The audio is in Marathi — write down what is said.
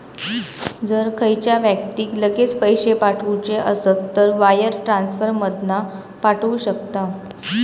जर खयच्या व्यक्तिक लगेच पैशे पाठवुचे असत तर तो वायर ट्रांसफर मधना पाठवु शकता